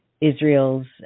Israel's